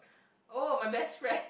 oh my best friend